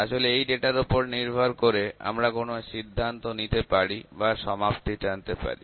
তাহলে এই তথ্যের ওপর নির্ভর করে আমরা কোনো সিদ্ধান্ত নিতে পারি বা সমাপ্তি টানতে পারি